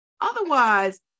otherwise